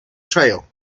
trail